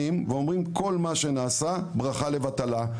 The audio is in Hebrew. באים ואומרים כל מה שנעשה ברכה לבטלה,